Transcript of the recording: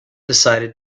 decided